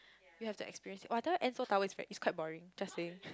we have to experience it !wah! I tell you N-Seoul-Tower is very it's quite boring just saying